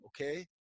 okay